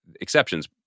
Exceptions